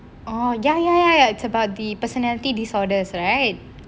oh ya ya ya ya it's about the personality disorders right